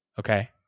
Okay